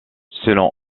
selon